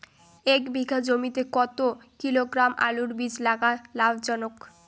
এক বিঘা জমিতে কতো কিলোগ্রাম আলুর বীজ লাগা লাভজনক?